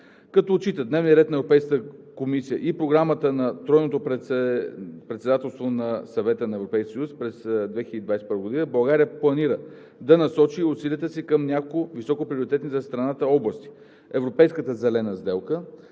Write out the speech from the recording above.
Като отчита дневния ред на Европейската комисия и програмата на Тройното председателство на Съвета на Европейския съюз, през 2021 г. България планира да насочи усилията си към няколко високоприоритетни за страната области: - Европейската зелена сделка;